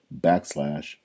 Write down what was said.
backslash